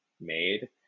made